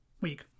week